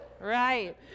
Right